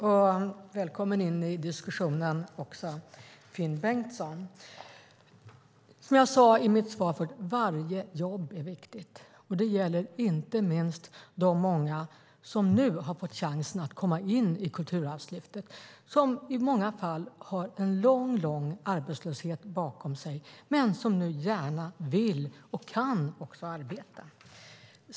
Fru talman! Välkommen in i diskussionen, Finn Bengtsson. Jag sade i mitt svar att varje jobb är viktigt. Det gäller inte minst de många som nu har fått chansen att komma in i Kulturarvslyftet. I många fall har de en lång arbetslöshet bakom sig men nu vill och kan arbeta.